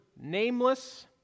nameless